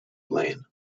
lane